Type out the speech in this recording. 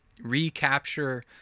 recapture